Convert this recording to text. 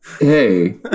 Hey